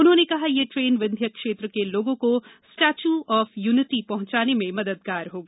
उन्होंने कहा यह ट्रेन विंध्य क्षेत्र के लोगों को स्टेच्यू आफ पहुंचाने में मददगार होगी